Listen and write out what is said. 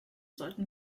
sollten